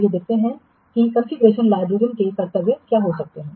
आइए देखते हैं कि कॉन्फ़िगरेशन लाइब्रेरियन के कर्तव्य क्या हो सकते हैं